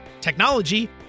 technology